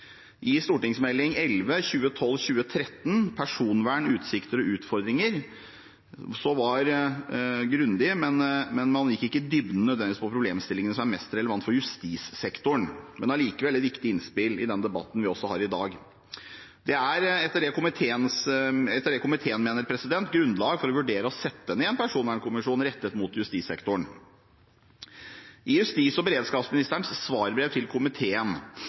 Personvern – utsikter og utfordringar, var grundig, men man gikk ikke nødvendigvis i dybden på de problemstillingene som er mest relevant for justissektoren, men er allikevel et viktig innspill i den debatten vi har i dag. Det er etter komiteens mening grunnlag for å vurdere å sette ned en personvernkommisjon rettet mot justissektoren. I justis- og beredskapsministerens svarbrev til komiteen,